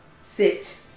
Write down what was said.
sit